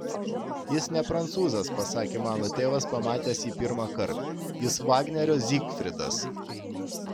jis ne prancūzas pasakė mano tėvas pamatęs jį pirmąkart jis vagnerio zygfridas